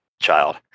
child